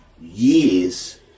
years